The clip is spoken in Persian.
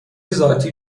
ذاتی